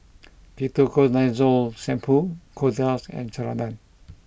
Ketoconazole shampoo Kordel's and Ceradan